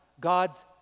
God's